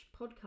podcast